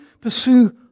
pursue